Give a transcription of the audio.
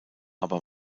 aber